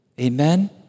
Amen